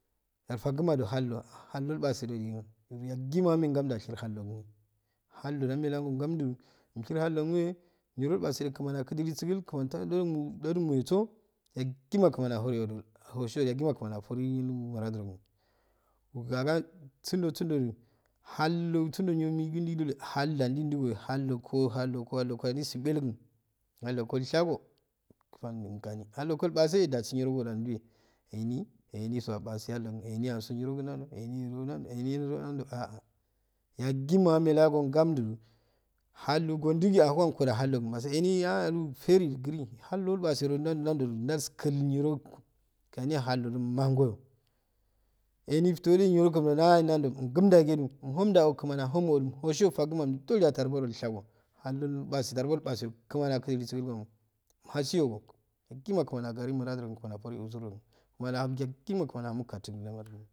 Aro fagumo do hallo ilpasedo yugu yagima akehelaga ngamddu ashar holwgull hallo ndakchelaga ngakddu umshar hallogumo hey niro ilpasedo kmani akuduni sigul kmani tah dol tado du so yagima kmani ahorigol yaguma kmani aforh muradu roguh wawaga snnddo sundodu halloh sunddo niyo megiyo ndo do hallda ndindu gohey halongo halloko ndosi belogo halongo ilghago kun gani hallongol ilpase dagi nirogoda nduwey ero eni so apase hallogu eniyago nirogu nando emaniro nadodo ahha yagima gmehelaga ngamddu hollongo digu ahuwenkodo hallogu ilpase eni alh feru guru halloh ilpase ndawdu naddo ndalsku niroku knaiya hal dodo mangoyo eniflodi niro gum ahh natow umhun dage num umhun mdage kmani ahomool oghoyo faguma undal tarbbiro ilshago haldo ilpase hallo ilpasedo kmani akiyige foma um hasiyogo yagima kmani aguyo muradu rogun kmani aforu uzurogun kmani ahurgu yagima kmani katu.